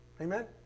Amen